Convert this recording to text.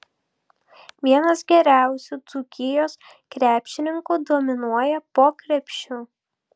vienas geriausių dzūkijos krepšininkų dominuoja po krepšiu